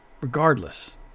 regardless